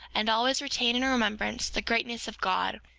and always retain in remembrance, the greatness of god,